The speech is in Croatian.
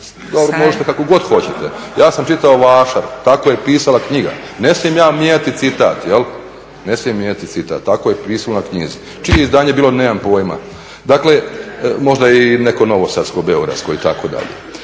možete kako god hoćete. Ja sam čitao vašar, tako je pisala knjiga. Ne smijem ja mijenjati citat, tako je pisalo na knjizi. Čije je izdanje bilo, nemam pojma. Dakle, možda i neko novosadsko, beogradsko itd. Dakle,